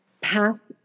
pass